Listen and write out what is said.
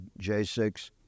J6